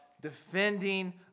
defending